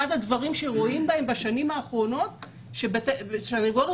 אחד הדברים שרואים בהם בשנים האחרונות זה שסנגורים